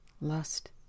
lust